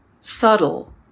subtle